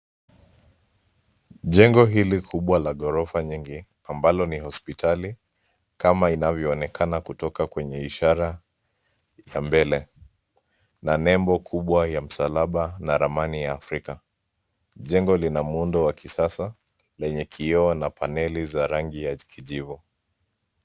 Jengo hili kubwa la ghorofa nyingi ambalo ni hospitali kama inavyoonekana kutoka kwenye ishara ya mbele na nembo kubwa ya msalaba na ramani ya Afrika. Jengo lina muundo wa kisasa lenye kioo na paneli za rangi ya kijivu.